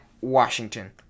Washington